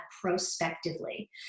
prospectively